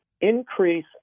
increase